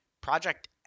project